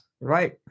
Right